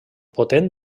potent